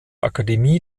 akademie